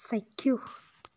চাক্ষুষ